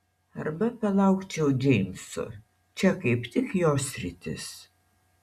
arba palaukčiau džeimso čia kaip tik jo sritis